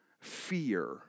fear